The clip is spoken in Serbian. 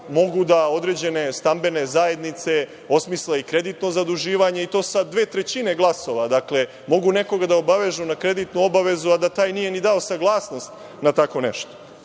mogu da određene stambene zajednice osmisle i kreditno zaduživanje i to sa dve trećine glasova. Dakle, mogu nekoga da obavežu na kreditnu obavezu, a da taj nije ni dao saglasnost na tako nešto.